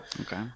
okay